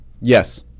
Yes